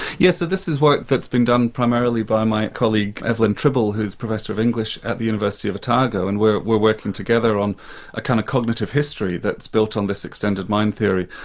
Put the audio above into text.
yes this is work that's been done primarily by my colleague, evelyn tribble, who's professor of english at the university of otago, and we're we're working together on a kind of cognitive history that's built on this extended mind theory.